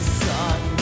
sun